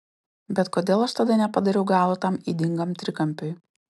bet kodėl aš tada nepadariau galo tam ydingam trikampiui